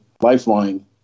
lifeline